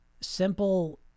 simple